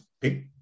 pick